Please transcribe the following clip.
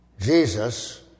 Jesus